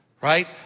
Right